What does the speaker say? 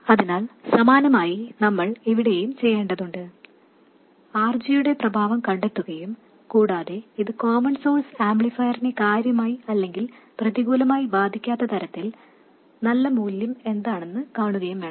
അതിനാൽ സമാനമായി നമ്മൾ ഇവിടെയും ചെയ്യേണ്ടതുണ്ട് RGയുടെ പ്രഭാവം കണ്ടെത്തുകയും കൂടതെ ഇത് കോമൺ സോഴ്സ് ആംപ്ലിഫയറിനെ കാര്യമായി അല്ലെങ്കിൽ പ്രതികൂലമായി ബാധിക്കാത്ത തരത്തിൽ നല്ല മൂല്യം എന്താണെന്ന് കാണുകയും വേണം